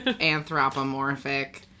anthropomorphic